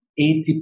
80%